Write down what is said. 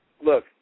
Look